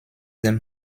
dem